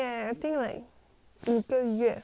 五个月